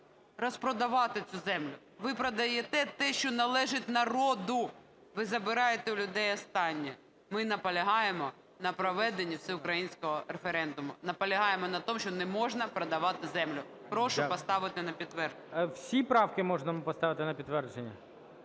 розпродавати цю землю? Ви продаєте те, що належить народу. Ви забираєте у людей останнє. Ми наполягаємо на проведенні всеукраїнського референдуму. Наполягаємо на тому, що не можна продавати землю. Прошу поставити на підтвердження. ГОЛОВУЮЧИЙ. Дякую. Всі правки можна поставити на підтвердження?